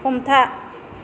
हमथा